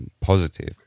positive